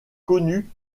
connu